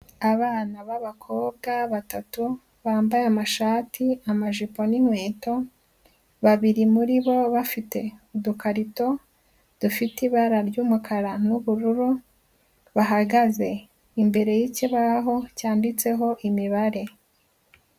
Abana b'abakobwa batatu bambaye amashati, amajipo n'inkweto, babiri muri bo bafite udukarito, dufite ibara ry'umukara n'ubururu, bahagaze imbere y'ikibaho cyanditseho imibare.